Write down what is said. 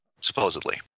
supposedly